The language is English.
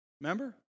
Remember